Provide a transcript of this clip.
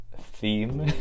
theme